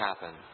happen